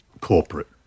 corporate